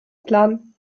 planen